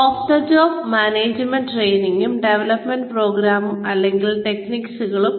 of the job management ട്രെയിനിങ്ങും development പ്രോഗ്രാമുകളും അല്ലെങ്കിൽ ടെക്നിക്സും